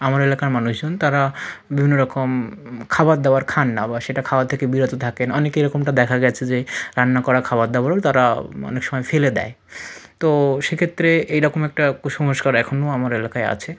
আমার এলাকার মানুষজন তারা বিভিন্ন রকম খাবার দাবার খান না বা সেটা খাওয়া থেকে বিরত থাকেন অনেকে এরকমটা দেখা গেছে যে রান্না করা খাবার দাবারও তারা অনেক সময় ফেলে দেয় তো সেক্ষেত্রে এই রকম একটা কুসংস্কার এখনও আমার এলাকায় আছে